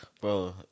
Bro